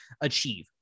achieve